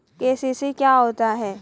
KCC क्या होता है?